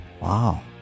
wow